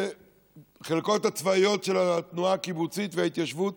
החלקות הצבאיות של התנועה הקיבוצית וההתיישבות